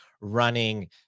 running